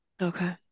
Okay